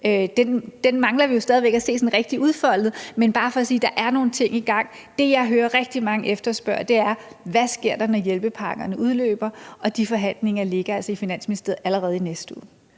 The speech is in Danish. Det mangler vi jo stadig væk at se sådan rigtig udfoldet. Men det er bare for at sige, at der er nogle ting i gang. Det, jeg hører rigtig mange efterspørge, er: Hvad sker der, når hjælpepakkerne udløber? Og de forhandlinger ligger altså i Finansministeriet allerede i næste uge.